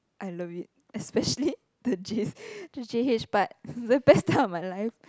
I love it especially the J the J_H part the best part of my life